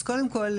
אז קודם כל,